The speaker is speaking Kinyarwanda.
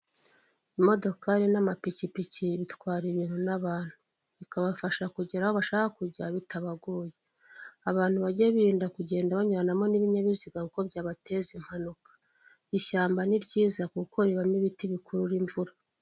Imodokari n'amapikipiki bitwara ibintu n'abantu bikabafasha kugera aho bashaka kujya bitabagoye. Abantu bajye birinda kugenda banyuranamo n'ibinyabiziga kuko byabateza impanuka. Ishyamba ni ryiza kuko ribamo ibiti bikurura imvura.